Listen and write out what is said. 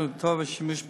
תכליותיה והשימוש בה.